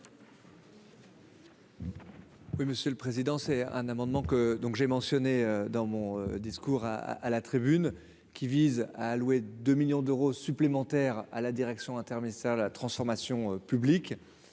Oui, monsieur le Président, c'est un amendement que donc j'ai mentionné dans mon discours à la tribune, qui vise à allouer 2 millions d'euros supplémentaires à la direction inter-la transformation publique